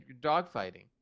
dogfighting